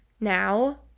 Now